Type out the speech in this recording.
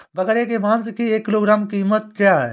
बकरे के मांस की एक किलोग्राम की कीमत क्या है?